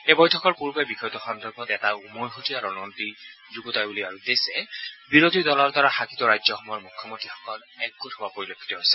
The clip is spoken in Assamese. এই বৈঠকৰ পূৰ্বে বিষয়টো সন্দৰ্ভত এটা উমৈহতীয়া ৰণনীতি যুগুতাই উলিওৱাৰ উদ্দেশ্যে বিৰোধী দলৰ দ্বাৰা শাসিত ৰাজ্যসমূহৰ মুখ্যমন্ত্ৰীসকল একগোট হোৱা পৰিলক্ষিত হৈছে